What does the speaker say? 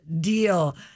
deal